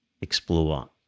explore